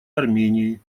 армении